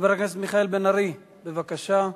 חבר הכנסת מיכאל בן-ארי, בבקשה.